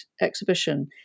exhibition